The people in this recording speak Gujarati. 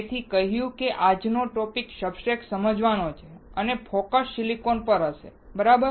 તેથી કહ્યું કે આજનો ટોપીક સબસ્ટ્રેટને સમજવાનો છે અને ફોકસ સિલિકોન પર હશે બરાબર